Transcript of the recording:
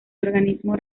organismo